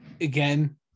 again